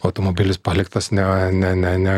automobilis paliktas ne ne ne ne